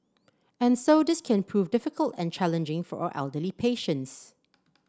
and so this can prove difficult and challenging for our elderly patients